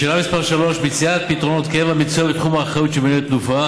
לשאלה 3: מציאת פתרונות קבע מצויה בתחום האחריות של מינהלת תנופה,